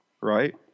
right